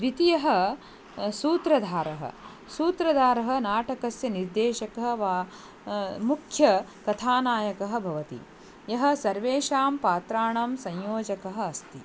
द्वितीयः सूत्रधारः सूत्रधारः नाटकस्य निर्देशकः वा मुख्यकथानायकः भवति यः सर्वेषां पात्राणां संयोजकः अस्ति